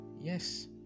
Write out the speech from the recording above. Yes